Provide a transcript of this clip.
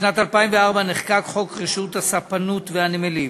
בשנת 2004 נחקק חוק רשות הספנות והנמלים,